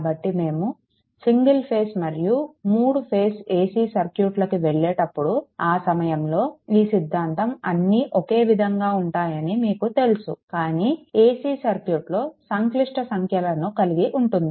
కాబట్టి మేము single phase మరియు మూడు ఫేజ్ ac సర్క్యూట్లకి వెళ్ళేటప్పుడు ఆ సమయంలో ఈ సిద్ధాంతం అన్నీ ఒకే విధంగా ఉంటాయని మీకు తెలుసు కానీ ac సర్క్యూట్లలో సంక్లిష్ట సంఖ్యలను కలిగి ఉంటుంది